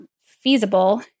feasible